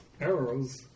arrows